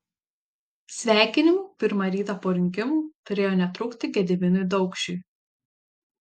sveikinimų pirmą rytą po rinkimų turėjo netrūkti gediminui daukšiui